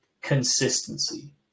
consistency